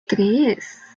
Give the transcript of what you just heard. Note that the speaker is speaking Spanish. tres